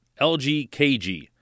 LGKG